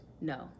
No